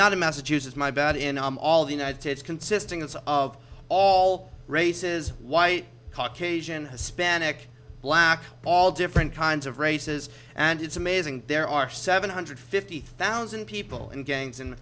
not in massachusetts my bad in all the united states consisting of all races white caucasian hispanic black all different kinds of races and it's amazing there are seven hundred fifty thousand people in gangs and